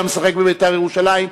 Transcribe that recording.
היה משחק ב"בית"ר ירושלים".